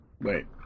Wait